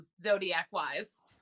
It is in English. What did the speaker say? Zodiac-wise